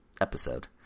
episode